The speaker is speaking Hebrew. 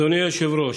אדוני היושב-ראש,